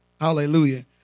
Hallelujah